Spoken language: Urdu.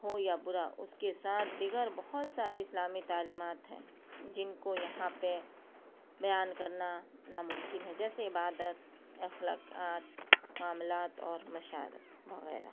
ہو یا برا اس کے ساتھ دیگر بہت ساری اسلامی تعلیمات ہیں جن کو یہاں پہ بیان کرنا ناممکن ہے جیسے عبادت اخلاقیات معاملات اور مشاورت وغیرہ